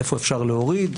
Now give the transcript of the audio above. איפה אפשר להוריד,